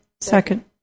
second